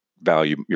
value